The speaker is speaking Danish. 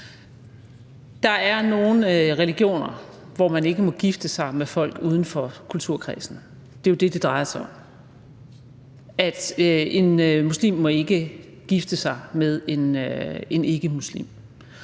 Der er nogle religioner, hvor man ikke må gifte sig med folk uden for kulturkredsen – det er jo det, det drejer sig om, altså at en muslim ikke må gifte sig med en ikkemuslim.